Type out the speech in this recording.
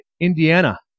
Indiana